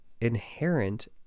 inherent